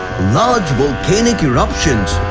large volcanic erruptions.